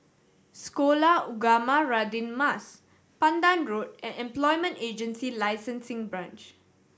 Sekolah Ugama Radin Mas Pandan Road and Employment Agency Licensing Branch